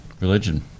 Religion